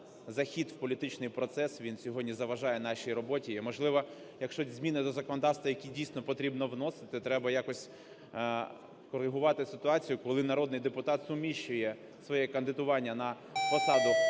захід в політичний процес, він сьогодні заважає нашій роботі. І, можливо, якщо зміни до законодавства, які дійсно потрібно вносити, треба якось коригувати ситуацію, коли народний депутат суміщує своє кандидування на посаду